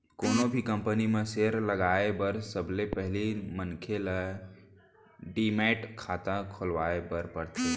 कोनो भी कंपनी म सेयर लगाए बर सबले पहिली मनखे ल डीमैट खाता खोलवाए बर परथे